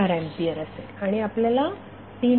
4 ampere असेल आणि आपल्याला 3